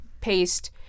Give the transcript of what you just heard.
paste